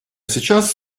сейчас